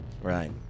Right